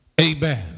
Amen